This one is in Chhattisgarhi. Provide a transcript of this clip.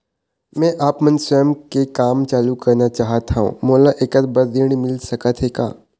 मैं आपमन स्वयं के काम चालू करना चाहत हाव, मोला ऐकर बर ऋण मिल सकत हे का?